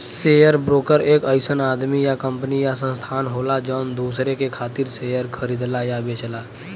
share broker एक अइसन आदमी या कंपनी या संस्थान होला जौन दूसरे के खातिर शेयर खरीदला या बेचला